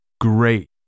great